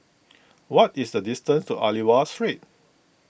what is the distance to Aliwal Street